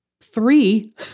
three